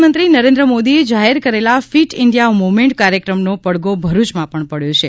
પ્રધાનમંત્રી નરેન્દ્ર મોદીએ જાહેર કરેલા ફીટ ઇન્ડિયા મૂવમેન્ટ કાર્યક્રમનો પડઘો ભરૂચમાં પણ પડ્યો છે